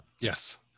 Yes